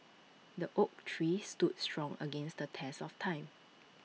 the oak tree stood strong against the test of time